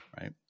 Right